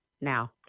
now